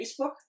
Facebook